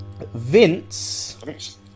Vince